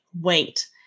wait